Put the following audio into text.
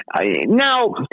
Now